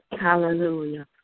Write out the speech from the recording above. Hallelujah